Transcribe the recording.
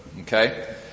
Okay